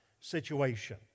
situation